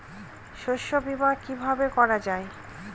শস্য বীমা কিভাবে করা যায়?